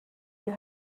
you